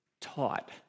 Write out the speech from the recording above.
taught